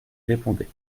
répondez